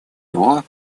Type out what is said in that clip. его